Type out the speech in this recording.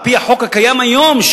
על-פי חוק שקיים היום,